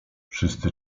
wszyscy